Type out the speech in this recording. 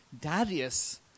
Darius